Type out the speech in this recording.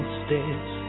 stairs